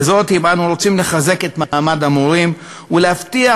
אם אנו רוצים לחזק את מעמד המורים ולהבטיח